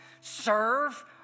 serve